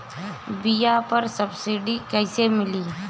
बीया पर सब्सिडी कैसे मिली?